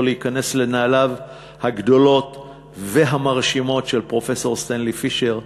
להיכנס לנעליו הגדולות והמרשימות של פרופסור סטנלי פישר.